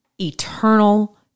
eternal